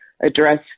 address